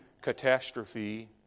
catastrophe